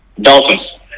Dolphins